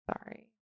Sorry